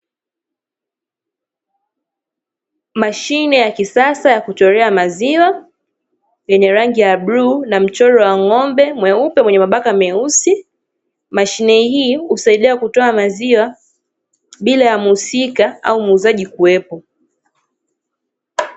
Mashine ya kisasa ya kutolea maziwa yenye rangi ya bluu na mchoro wa ng'ombe mweupe mwenye mabaka meusi, mashine hii husaidia kutoa maziwa bila ya muhusika au muuzaji kuwepo.